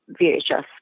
VHS